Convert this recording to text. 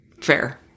Fair